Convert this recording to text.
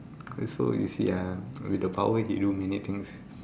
so you see ah with the power he do many things